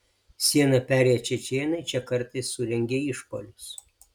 sieną perėję čečėnai čia kartais surengia išpuolius